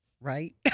right